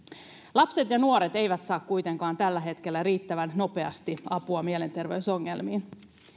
lapset ja nuoret eivät saa kuitenkaan tällä hetkellä riittävän nopeasti apua mielenterveysongelmiin